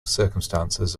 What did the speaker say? circumstances